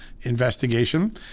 investigation